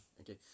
okay